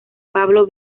pablo